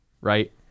right